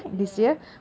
ya